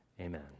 Amen